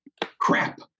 Crap